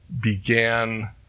began